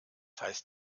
heißt